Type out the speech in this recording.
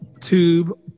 tube